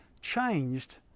changed